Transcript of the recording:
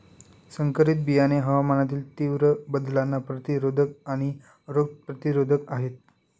संकरित बियाणे हवामानातील तीव्र बदलांना प्रतिरोधक आणि रोग प्रतिरोधक आहेत